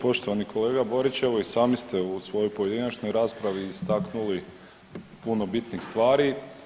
Poštovani kolega Borić, evo i sami ste u svojoj pojedinačnoj raspravi istaknuli puno bitnih stvari.